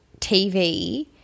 TV